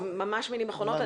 ממש מלים אחרונות.